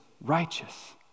righteous